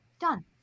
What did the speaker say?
Done